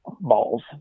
balls